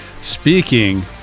Speaking